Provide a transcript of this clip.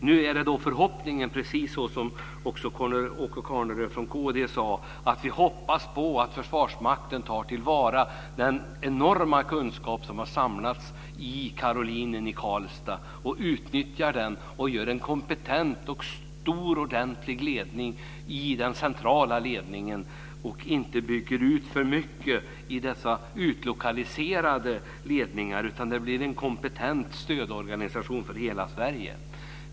Nu är förhoppningen - precis som Åke Carnerö från kd sade - att Försvarsmakten tar till vara den enorma kunskap som har samlats i Karolinen i Karlstad och utnyttjar den för att skapa en kompetent ledning i den centrala ledningsorganisationen och inte bygger ut för mycket med utlokaliserade ledningar utan att det skapas en kompetent stödorganisation för hela Sverige.